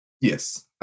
Yes